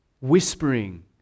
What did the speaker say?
whispering